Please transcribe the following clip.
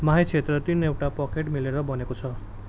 माहे क्षेत्र तिनवटा पकेट मिलेर बनेको छ